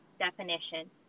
Definition